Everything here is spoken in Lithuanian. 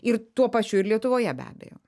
ir tuo pačiu ir lietuvoje be abejo